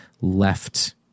left